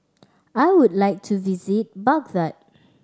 I would like to visit Baghdad